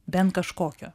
bent kažkokio